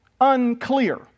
unclear